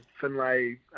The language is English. Finlay